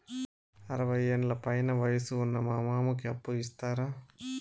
అరవయ్యేండ్ల పైన వయసు ఉన్న మా మామకి అప్పు ఇస్తారా